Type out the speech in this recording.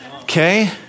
Okay